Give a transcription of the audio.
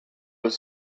was